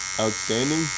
Outstanding